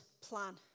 plan